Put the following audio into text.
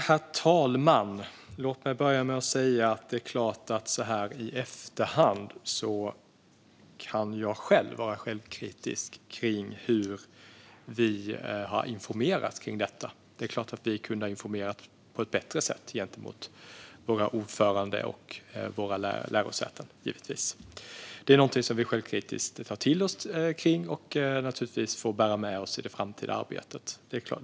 Herr talman! Låt mig börja med att säga att det är klart att jag så här i efterhand kan vara självkritisk när det gäller hur vi har informerat om detta. Det är klart att vi kunde ha informerat på ett bättre sätt gentemot våra ordförande och våra lärosäten. Det är något som vi självkritiskt tar till oss och får bära med oss i det framtida arbetet.